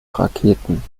raketen